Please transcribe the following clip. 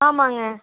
ஆமாங்க